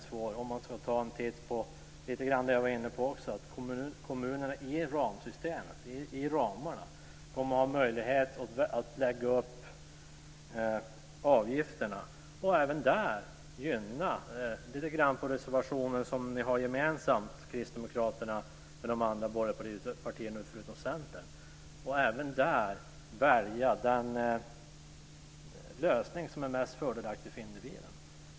Jag var inne lite grann på att kommunerna inom ramarna kommer att ha möjlighet att lägga upp avgifterna och även där gynna lite grann av det som ni tar upp i den reservation som Kristdemokraterna har gemensamt med de andra borgerliga partierna förutom Centern. Även där ska de kunna välja den lösning som är mest fördelaktig för individen.